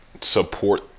support